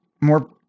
more